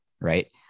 right